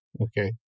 okay